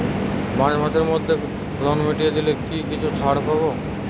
March মাসের মধ্যে loan মিটিয়ে দিলে কি কিছু ছাড় পাব?